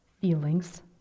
feelings